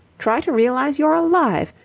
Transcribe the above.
try to realize you're alive,